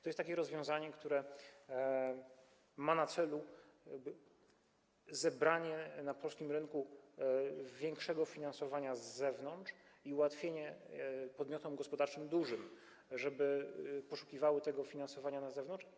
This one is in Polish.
To jest takie rozwiązanie, które ma na celu zebranie na polskim rynku większego finansowania z zewnątrz i ułatwienie dużym podmiotom gospodarczym, żeby poszukiwały tego finansowania na zewnątrz.